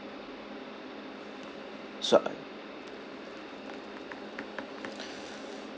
so